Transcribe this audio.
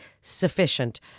sufficient